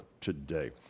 today